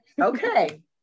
Okay